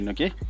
Okay